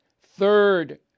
Third